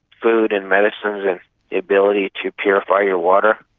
food and medicines and the ability to purify your water,